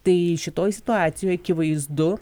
tai šitoj situacijoj akivaizdu